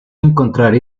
encontrar